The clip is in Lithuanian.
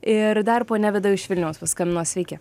ir dar ponia vida iš vilniaus paskambino sveiki